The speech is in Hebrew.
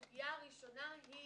הסוגיה הראשונה היא